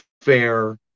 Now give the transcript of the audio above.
fair